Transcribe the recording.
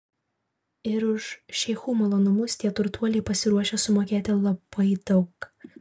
ir už šeichų malonumus tie turtuoliai pasiruošę sumokėti labai daug